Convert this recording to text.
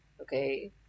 okay